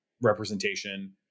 representation